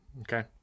okay